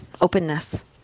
openness